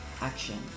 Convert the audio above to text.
action